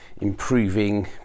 improving